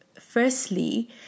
firstly